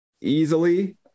easily